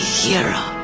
hero